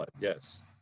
Yes